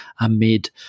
amid